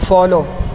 follow